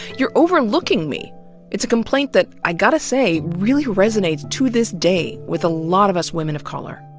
you're overlooking me it's a complaint that, i gotta say, really resonates to this day with a lot of us women of color.